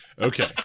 Okay